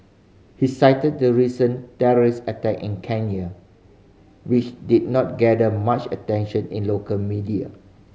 he cited the recent terrorist attack in Kenya which did not garner much attention in local media